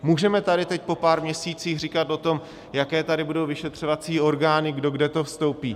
Můžeme tady teď po pár měsících říkat o tom, jaké tady budou vyšetřovací orgány, kdo kde vstoupí.